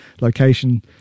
location